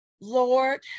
Lord